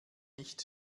nicht